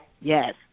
yes